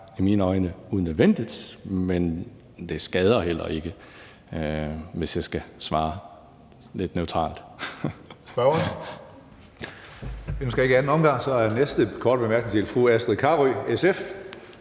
i mine øjne unødvendigt, men det skader heller ikke, hvis jeg skal svare lidt neutralt.